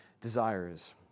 desires